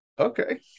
Okay